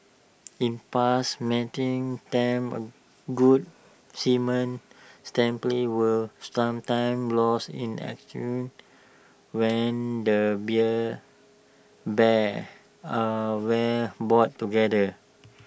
in past mating attempts good semen were sometimes lost in when the beer bears are where brought together